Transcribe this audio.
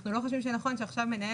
אנחנו לא חושבים שנכון שעכשיו מנהל